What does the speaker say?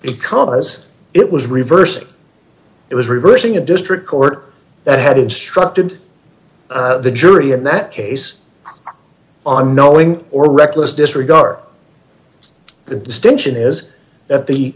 camas it was reversed it was reversing a district court that had instructed the jury in that case on knowing or reckless disregard the distinction is that the